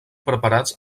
preparats